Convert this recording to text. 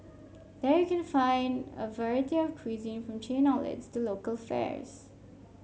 there you can find a variety of cuisine from chain outlets to local fares